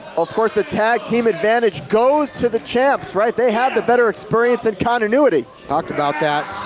of course, the tag team advantage goes to the champs, right? they have the better experience in continuity! talked about that.